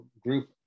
group